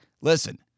listen